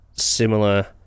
similar